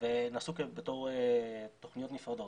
ונעשו בתור תוכניות נפרדות.